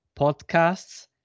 podcasts